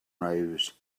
rose